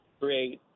create